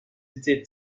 étés